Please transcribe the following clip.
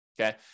okay